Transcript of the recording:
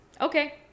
Okay